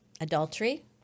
adultery